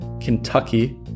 Kentucky